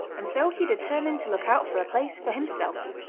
and so he determined to look out for a place for himself.